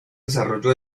desarrollo